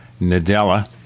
Nadella